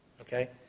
Okay